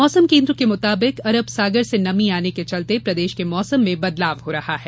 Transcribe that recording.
मौसम केंद्र के मुताबिक अरब सागर से नमी आने के चलते प्रदेश के मौसम में बदलाव हो रहा है